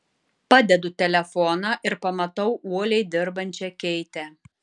padedu telefoną ir pamatau uoliai dirbančią keitę